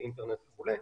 לאינטרנט וכולי.